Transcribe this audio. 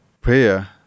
prayer